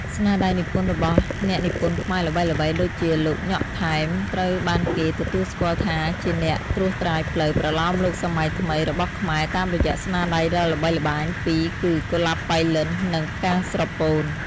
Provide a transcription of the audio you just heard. ស្នាដៃនិពន្ធរបស់អ្នកនិពន្ធខ្មែរល្បីៗដូចជាលោក ញ៉ុក ថែម ត្រូវបានគេទទួលស្គាល់ថាជាអ្នកត្រួសត្រាយផ្លូវប្រលោមលោកសម័យថ្មីរបស់ខ្មែរតាមរយៈស្នាដៃដ៏ល្បីល្បាញពីរគឺ កុលាបប៉ៃលិន និង ផ្កាស្រពោន។